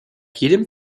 jedem